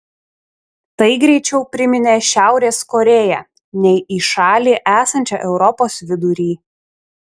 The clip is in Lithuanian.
tai greičiau priminė šiaurės korėją nei į šalį esančią europos vidury